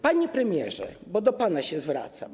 Panie Premierze! - bo do pana się zwracam.